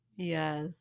yes